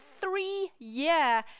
three-year